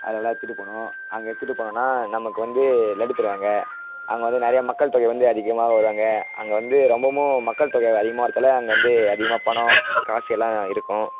அதெலாம் எடுத்துகிட்டு போகணும் அங்கே எடுத்துகிட்டு போனோம்னா நமக்கு வந்து லட்டு தருவாங்க அங்கே வந்து நிறையா மக்கள் தொகை வந்து அதிகமாக வருவாங்க அங்கே வந்து ரொம்பவும் மக்கள் தொகை அதிகமாக வரதால் அங்கே வந்து அதிகமாக பணம் காசு எல்லாம் இருக்கும்